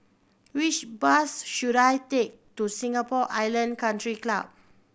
which bus should I take to Singapore Island Country Club